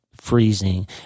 freezing